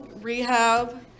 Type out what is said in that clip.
rehab